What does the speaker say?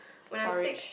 when I sick